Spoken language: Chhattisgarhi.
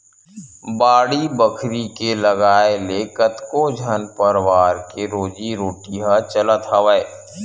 बाड़ी बखरी के लगाए ले कतको झन परवार के रोजी रोटी ह चलत हवय